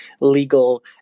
legal